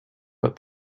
but